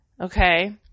Okay